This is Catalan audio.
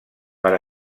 per